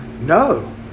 No